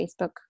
Facebook